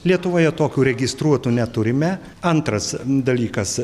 lietuvoje tokių registruotų neturime antras dalykas